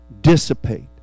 dissipate